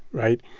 right?